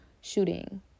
shooting